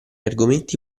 argomenti